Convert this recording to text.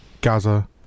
Gaza